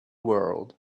world